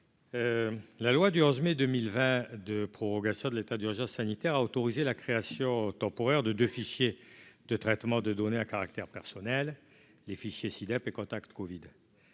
la loi du 11 mai 2020 de prorogation de l'état d'urgence sanitaire a autorisé la création temporaire de de fichier de traitement de données à caractère personnel les fichiers Sidep et contact Covid